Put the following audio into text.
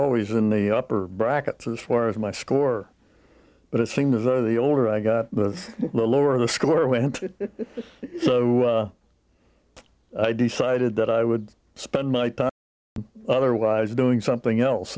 always in the upper brackets as far as my score but it seemed as though the older i got the lower the score went i decided that i would spend my time otherwise doing something else